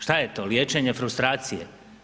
Što je to, liječenje frustracije?